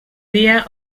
dia